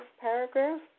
paragraph